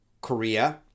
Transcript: Korea